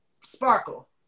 Sparkle